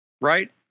right